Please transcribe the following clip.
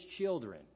children